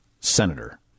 senator